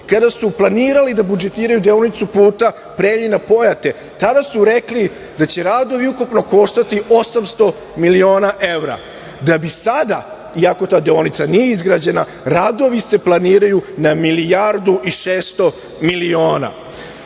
kada su planirali da budžetiraju deonicu puta Preljina-Pojate, tada su rekli da će radovi ukupno koštati 800 miliona evra, da bi sada, iako ta deonica nije izgrađena, radovi se planiraju na milijardu i 600 miliona. Mi